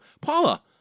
Paula